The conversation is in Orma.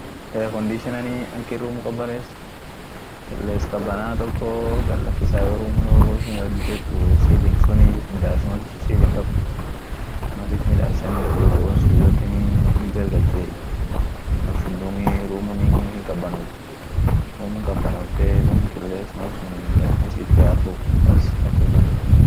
Vacuum cleanernii ak in huji midaas. duke irana sun jirt akas yote hinsafishai malin yedeet vacuum cleanersun duke sun yote mal ishin min Raapupaa ama duke agar iran suut mamarete yote ishia mal itafuufet iran sun yote iraguurai